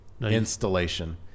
installation